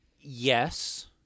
Yes